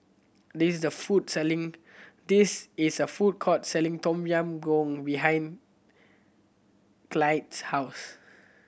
this the food selling this is a food court selling Tom Yam Goong behind Clide's house